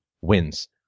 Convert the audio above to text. wins